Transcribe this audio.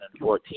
2014